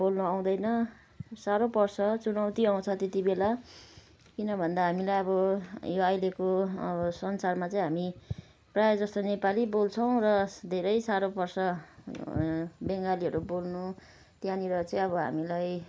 बोल्नु आउँदैन साह्रो पर्छ चुनौती आउँछ त्यतिबेला किन भन्दा हामीलाई अब यो अहिलेको संसारमा चाहिँ हामी प्रायः जसो नेपाली बोल्छौँ र धेरै साह्रो पर्छ बङ्गालीहरू बोल्नु त्यहाँनिर चाहिँ अब हामीलाई